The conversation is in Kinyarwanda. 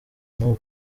n’ubu